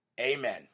Amen